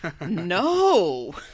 no